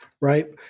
right